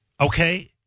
Okay